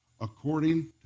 according